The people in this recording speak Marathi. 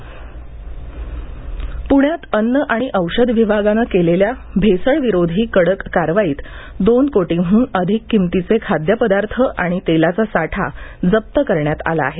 प्ण्यात अन्न आणि औषध विभागानं केलेल्या भेसळविरोधी कडक करवाईत दोन कोटींहून अधिक किमतीचे खाद्यपदार्थ आणि तेलाचा साठा जप्त करण्यात आला आहे